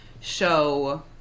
show